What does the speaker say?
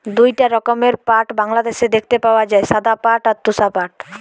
দুইটা রকমের পাট বাংলাদেশে দেখতে পাওয়া যায়, সাদা পাট আর তোষা পাট